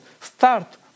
Start